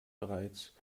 bereits